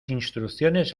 instrucciones